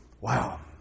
Wow